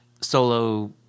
solo